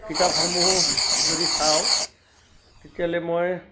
কিতাপসমূহ যদি চাওঁ তেতিয়াহ'লে মই